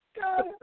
God